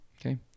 Okay